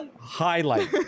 Highlight